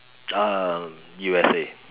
uh U_S_A